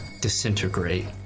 disintegrate